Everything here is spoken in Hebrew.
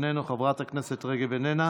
איננו,